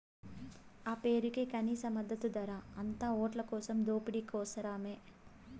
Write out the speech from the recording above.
ఆ పేరుకే కనీస మద్దతు ధర, అంతా ఓట్లకోసం దోపిడీ కోసరమే